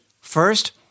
first